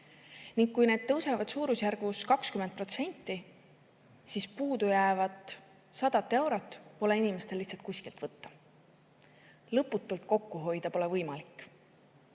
Kui need tõusevad suurusjärgus 20%, siis puudujäävat 100 eurot pole inimestel lihtsalt kuskilt võtta. Lõputult kokku hoida pole võimalik.